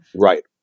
right